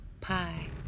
pie